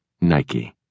Nike